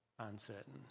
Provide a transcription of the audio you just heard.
uncertain